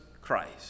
Christ